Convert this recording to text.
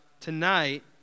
Tonight